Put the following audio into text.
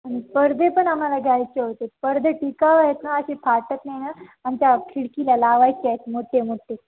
आणि पडदे पण आम्हाला घ्यायचे होते पडदे टिकाऊ आहेत ना अशी फाटत नाही ना आमच्या खिडकीला लावायचे आहेत मोठे मोठे